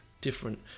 different